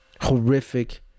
Horrific